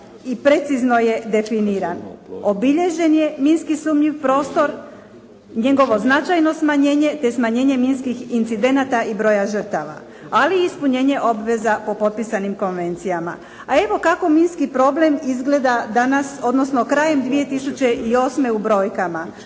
i precizno je definiran, obilježen je minski sumnjiv prostor, njegovo značajno smanjenje, te smanjenje minskih incidenata i broja žrtava, ali i ispunjenje obveza po potpisanim konvencijama. A evo kako minski problem izgleda danas, odnosno krajem 2008. u brojkama.